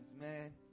man